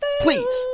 Please